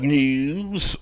news